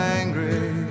angry